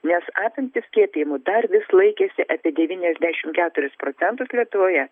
nes apimtys skiepijimų dar vis laikėsi apie devyniasdešim keturis procentus lietuvoje